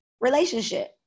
relationship